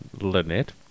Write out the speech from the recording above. Lynette